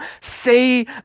say